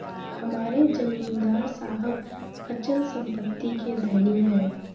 हमारे जमींदार साहब अचल संपत्ति के धनी हैं